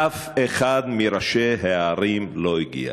אף אחד מראשי הערים לא הגיע.